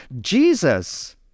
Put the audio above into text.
jesus